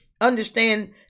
understand